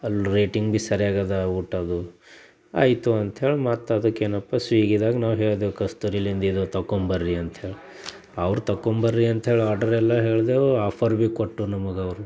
ಅಲ್ಲಿ ರೇಟಿಂಗ್ ಭೀ ಸರಿಯಾಗಿದೆ ಊಟದ್ದು ಆಯ್ತು ಅಂಥೇಳಿ ಮತ್ತದಕ್ಕೆನಪ್ಪ ಸ್ವಿಗಿದಾಗ ನಾವು ಹೇಳಿದೆವು ಕಸ್ತೂರಿಯಿಂದ ಇದು ತೊಗೊಂಡ್ಬರ್ರಿ ಅಂಥೇಳಿ ಅವ್ರು ತೊಗೊಂಡ್ಬರ್ರಿ ಅಂಥೇಳಿ ಆರ್ಡರೆಲ್ಲ ಹೇಳಿದೆವು ಆಫರ್ ಭೀ ಕೊಟ್ಟರು ನಮಗವರು